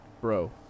Bro